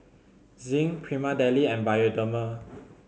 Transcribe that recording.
Zinc Prima Deli and Bioderma